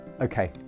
Okay